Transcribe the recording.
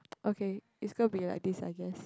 okay it's gonna be like this I guess